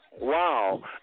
Wow